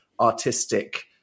artistic